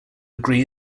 agree